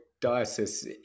diocese